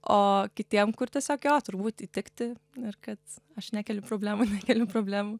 o kitiem kur tiesiog jo turbūt įtikti ir kad aš nekeliu problemų nekeliu problemų